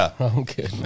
Okay